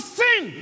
sin